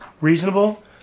reasonable